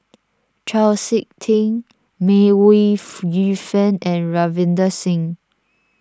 Chau Sik Ting May Ooi Yu Fen and Ravinder Singh